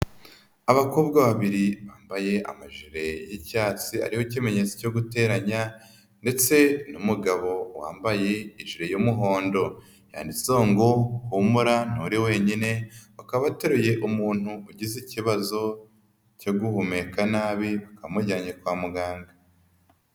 Abakobwa babiri bambaye amajire y'icyatsi ariho ikimenyetso cyo guteranya ndetse n'umugabo wambaye ijire y'umuhondo yanditseho ngo humura nturi wenyine. Bakaba bateruye umuntu ugize ikibazo cyo guhumeka nabi bamujyanye kwa muganga.